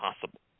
possible